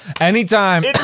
Anytime